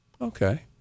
Okay